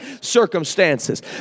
circumstances